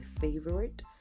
favorite